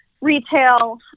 retail